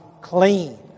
clean